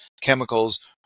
chemicals